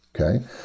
okay